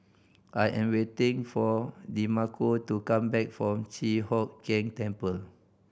I am waiting for Demarco to come back from Chi Hock Keng Temple